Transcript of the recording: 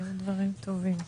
היו דברים טובים.